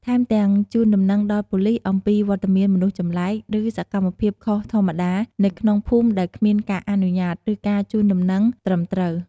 ថែមទាំងជូនដំណឹងដល់ប៉ូលីសអំពីវត្តមានមនុស្សចម្លែក ឬសកម្មភាពខុសធម្មតានៅក្នុងភូមិដែលគ្មានការអនុញ្ញាត ឬការជូនដំណឹងត្រឹមត្រូវ។